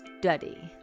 study